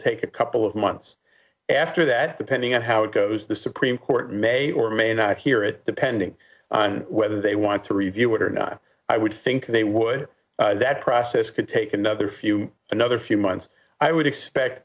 take a couple of months after that depending on how it goes the supreme court may or may not hear it depending on whether they want to review it or not i would think they would that process could take another few another few months i would expect